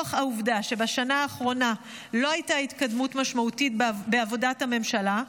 ונוכח העובדה שבשנה האחרונה לא הייתה התקדמות משמעותית בעבודת הממשלה,